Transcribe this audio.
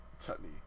Chutney